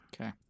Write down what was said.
Okay